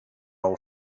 all